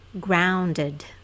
grounded